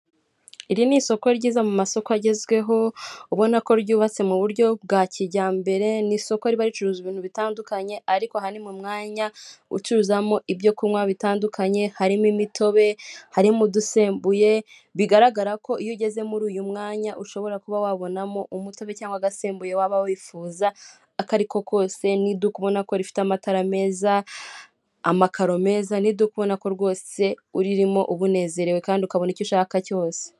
Iri ni isoko ryiza mu masoko agezweho, ubona ko ryubatse mu buryo bwa kijyambere, ni isoko riba ricuruza ibintu bitandukanye ariko aha mu mwanya ucuruzamo ibyo kunywa bitandukanye, harimo imitobe, harimo udusembuye, bigaragara ko iyo ugeze muri uyu mwanya, ushobora kuba wabonamo umutobe cyangwa agasembuye waba wifuzako ari kose, ni iduka ubona ko rifite amatara meza, amakaro meza, ni iduka ubona ko rwose urimo uba unezerewe kandi ukabona icyo ushaka cyose.